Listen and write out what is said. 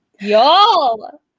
Y'all